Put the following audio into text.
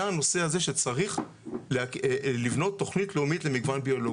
עלה הנושא הזה שצריך לבנות תוכנית לאומית למגוון ביולוגי.